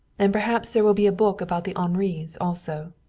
and perhaps there will be a book about the henris, also.